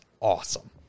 awesome